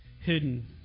hidden